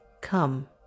Come